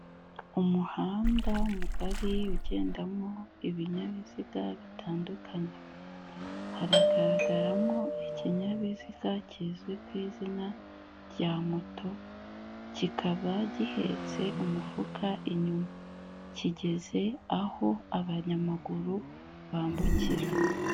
Umuhanda mugari ugendamo ibinyabiziga bitandukanye, haragaragaramo ikinyabiziga kizwi ku izina rya moto kikaba gihetse umufuka inyuma, kigeze aho abanyamaguru bambukira.